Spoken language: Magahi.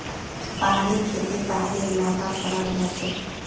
पहाड़ी खेती पहाड़ी इलाकात कराल जाछेक